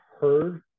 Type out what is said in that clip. heard